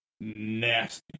nasty